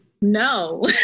No